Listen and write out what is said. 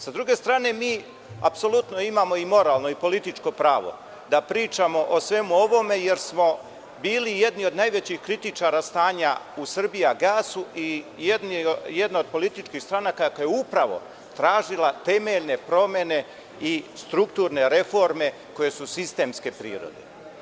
Sa druge strane, apsolutno imamo i moralno i političko pravo da pričamo o svemu ovome jer smo bili jedni od najvećih kritičara stanja u „Srbijagasu“ i jedna od političkih stranaka koja je upravo tražila temeljne promene i strukturne reforme koje su sistemske prirode.